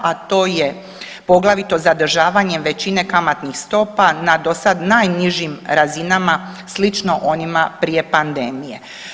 A to je poglavito zadržavanjem većine kamatnih stopa na do sada najnižim razinama slično onima prije pandemije.